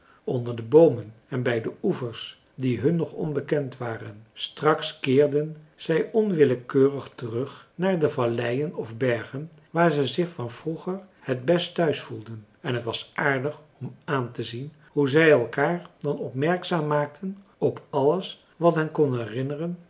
onder de boomen en bij de oevers die hun nog onbekend waren straks keerden zij onwillekeurig terug naar de valleien of bergen waar ze zich van vroeger het best thuis voelden en het was aardig om aan te zien hoe zij elkaar dan opmerkzaam maakten op alles wat hen kon herinneren